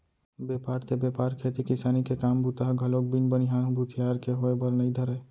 बेपार ते बेपार खेती किसानी के काम बूता ह घलोक बिन बनिहार भूथियार के होय बर नइ धरय